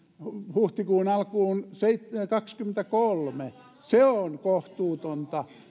huhtikuun alkuun kaksikymmentäkolme se on kohtuutonta